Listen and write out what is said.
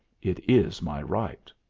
it is my right.